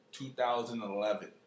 2011